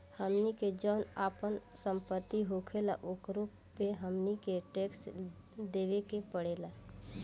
हमनी के जौन आपन सम्पति होखेला ओकरो पे हमनी के टैक्स देबे के पड़ेला